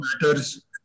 matters